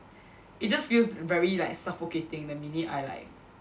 it just feels very like suffocating the minute I like